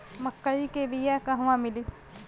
मक्कई के बिया क़हवा मिली?